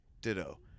ditto